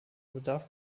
bedarf